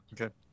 Okay